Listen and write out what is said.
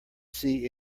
see